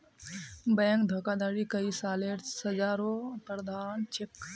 bank धोखाधडीत कई सालेर सज़ारो प्रावधान छेक